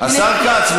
השר כץ,